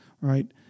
right